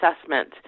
assessment